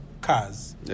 cars